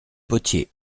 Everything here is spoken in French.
potier